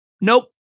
Nope